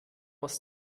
aus